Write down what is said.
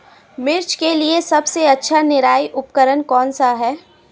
मिर्च के लिए सबसे अच्छा निराई उपकरण कौनसा है?